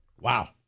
Wow